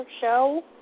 show